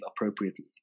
appropriately